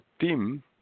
team